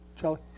Charlie